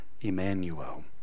Emmanuel